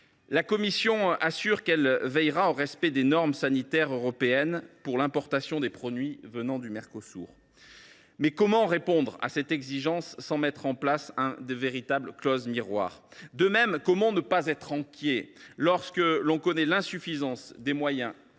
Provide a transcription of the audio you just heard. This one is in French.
La Commission européenne assure qu’elle veillera au respect des normes sanitaires européennes pour l’importation des produits venant du Mercosur. Comment répondre à cette exigence sans mettre en place de véritables clauses miroirs ? De même, comment ne pas être inquiet lorsque l’on connaît l’insuffisance des moyens